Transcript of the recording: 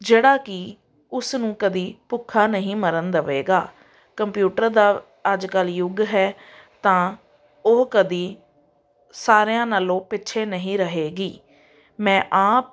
ਜਿਹੜਾ ਕਿ ਉਸ ਨੂੰ ਕਦੇ ਭੁੱਖਾ ਨਹੀਂ ਮਰਨ ਦੇਵੇਗਾ ਕੰਪਿਊਟਰ ਦਾ ਅੱਜ ਕੱਲ੍ਹ ਯੁੱਗ ਹੈ ਤਾਂ ਉਹ ਕਦੇ ਸਾਰਿਆਂ ਨਾਲੋਂ ਪਿੱਛੇ ਨਹੀਂ ਰਹੇਗੀ ਮੈਂ ਆਪ